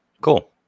Cool